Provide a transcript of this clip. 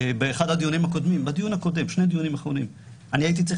באחד הדיונים הקודמים אני הייתי צריך